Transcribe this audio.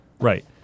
Right